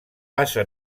passa